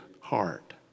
heart